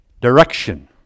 direction